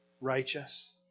Righteous